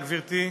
תודה, גברתי.